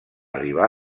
arribar